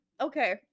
Okay